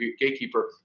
Gatekeeper